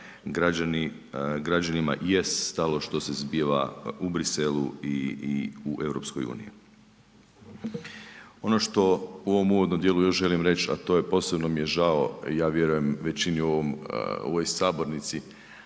građanima jest stalo što se zbiva u Bruxellesu i u EU. Ono što još u ovom uvodnom dijelu želim reći, a to je posebno mi je žao, ja vjerujem većini u ovoj sabornici,